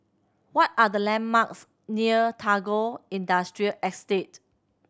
what are the landmarks near Tagore Industrial Estate